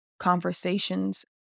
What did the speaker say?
conversations